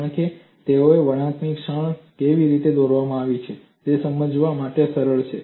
કારણ કે તેઓ વળાંકની ક્ષણ કેવી રીતે દોરવામાં આવે છે તે સમજાવવા માટે સરળ છે